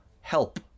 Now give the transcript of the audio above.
help